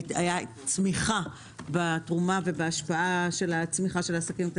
הייתה צמיחה בתרומה ובהשוואת הצמיחה של העסקים הקטנים